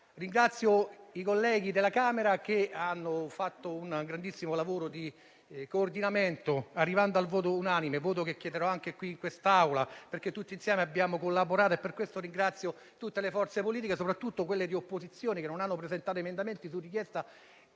Ringrazio i colleghi della Camera che hanno fatto un grandissimo lavoro di coordinamento, arrivando al voto unanime, che chiederò anche qui in Aula; abbiamo collaborato tutti insieme, infatti, e per questo ringrazio tutte le forze politiche, soprattutto quelle di opposizione, che non hanno presentato emendamenti su richiesta